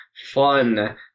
fun